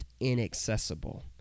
inaccessible